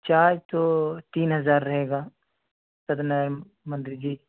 charge تو تین ہزار رہے گا منتری جی